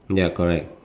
ya correct